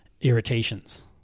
irritations